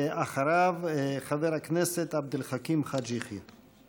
אחריו, חבר הכנסת עבד אל חכים חאג' יחיא.